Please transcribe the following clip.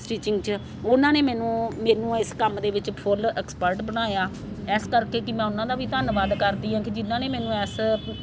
stitching 'ਚ ਉਹਨਾਂ ਨੇ ਮੈਨੂੰ ਮੈਨੂੰ ਇਸ ਕੰਮ ਦੇ ਵਿੱਚ ਫੁੱਲ ਐਕਸਪਰਟ ਬਣਾਇਆ ਇਸ ਕਰਕੇ ਕਿ ਮੈਂ ਉਹਨਾਂ ਦਾ ਵੀ ਧੰਨਵਾਦ ਕਰਦੀ ਹਾਂ ਕਿ ਜਿਹਨਾਂ ਨੇ ਮੈਨੂੰ ਇਸ